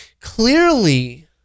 clearly